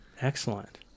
Excellent